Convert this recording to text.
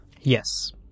Yes